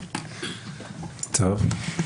בבקשה.